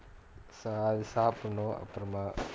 ஸா அது சாபுடனும் அப்புறமா:saa athu saapudanum appuramaa